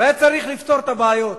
והיה צריך לפתור את הבעיות.